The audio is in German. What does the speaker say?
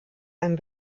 einem